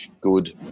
good